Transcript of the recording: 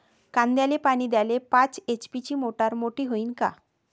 कांद्याले पानी द्याले पाच एच.पी ची मोटार मोटी व्हईन का?